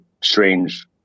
strange